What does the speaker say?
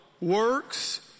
works